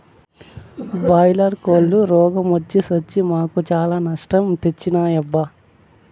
boiler కోల్లు రోగ మొచ్చి సచ్చి మాకు చాలా నష్టం తెచ్చినాయబ్బా